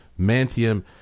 Mantium